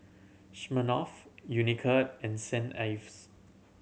Smirnoff Unicurd and Saint Ives